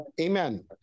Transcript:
Amen